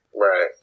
Right